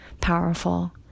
powerful